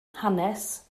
hanes